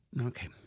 Okay